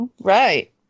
right